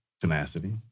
tenacity